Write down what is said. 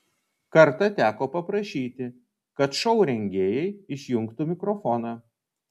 kartą teko paprašyti kad šou rengėjai išjungtų mikrofoną